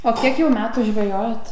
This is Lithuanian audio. o kiek jau metų žvejojat